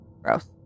Gross